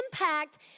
impact